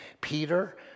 Peter